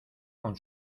con